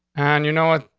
and you know what?